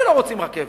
לא רוצים רכבת.